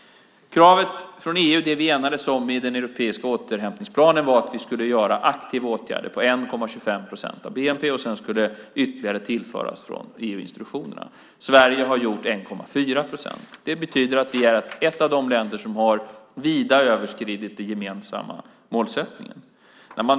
Kravet från EU, alltså det vi enades om i den europeiska återhämtningsplanen, var att vi skulle vidta aktiva åtgärder på 1,25 procent av bnp. Sedan skulle ytterligare tillföras från EU-institutionerna. Sverige har klarat 1,4 procent. Det betyder att vi är ett av de länder som vida har överskridit den gemensamma målsättningen.